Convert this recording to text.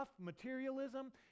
materialism